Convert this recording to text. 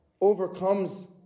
overcomes